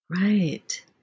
Right